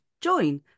join